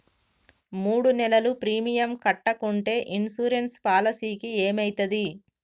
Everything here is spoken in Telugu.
మూడు నెలలు ప్రీమియం కట్టకుంటే ఇన్సూరెన్స్ పాలసీకి ఏమైతది?